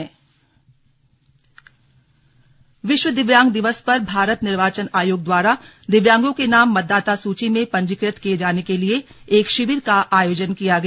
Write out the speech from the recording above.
slug शिविर अल्मोडा विश्व दिव्यांग दिवस पर भारत निर्वाचन आयोग द्वारा दिव्यांगों के नाम मतदाता सूची में पंजीकृत किये जाने के लिए एक शिविर का आयोजन किया गया